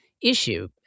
issue